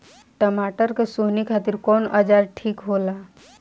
टमाटर के सोहनी खातिर कौन औजार ठीक होला?